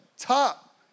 top